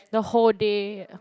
the whole day